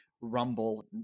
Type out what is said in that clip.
Rumble